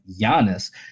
Giannis